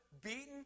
beaten